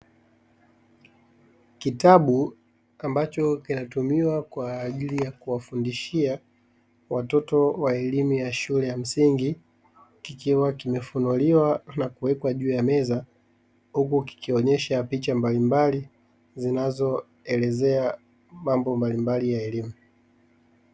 Kitabu ambacho kinatumiwa kwa ajili ya kuwafundishia watoto wa elimu ya shule ya msingi, kikiwa kimefunuliwa na kuwekwa juu ya meza, huku kikionyesha picha mbalimbali zinazoelezea mambo mbalimbali ya elimu.